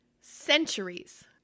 Centuries